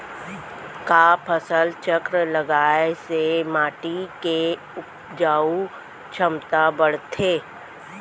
का फसल चक्र लगाय से माटी के उपजाऊ क्षमता बढ़थे?